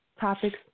topics